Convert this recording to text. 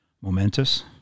momentous